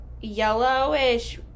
yellowish